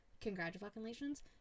Congratulations